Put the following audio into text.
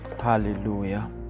Hallelujah